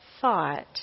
thought